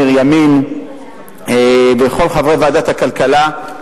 ניר ימין וכל חברי ועדת הכלכלה.